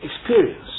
experience